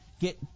get